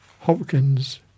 Hopkins